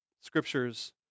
Scriptures